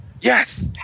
yes